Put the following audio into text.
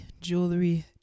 jewelry